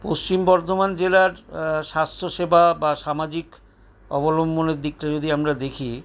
পশ্চিম বর্ধমান জেলার স্বাস্থ্য সেবা বা সামাজিক অবলম্বনের দিকটা যদি আমরা দেখি